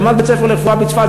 הקמת בית-ספר לרפואה בצפת,